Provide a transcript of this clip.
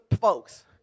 folks